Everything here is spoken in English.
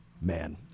Man